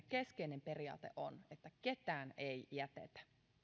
keskeinen periaate on että ketään ei jätetä